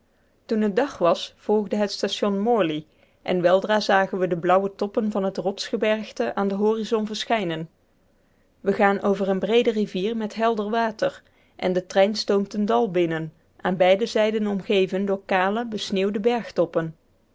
toen het dag was volgde het station morley en weldra zagen we de blauwe toppen van het rotsgebergte aan den horizon verschijnen we gaan over eene breede rivier met helder water en de trein stoomt een dal binnen aan beide zijden omgeven door